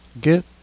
Get